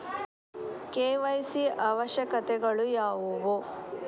KYC ಅವಶ್ಯಕತೆಗಳು ಯಾವುವು?